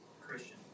Christian